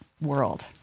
world